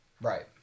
Right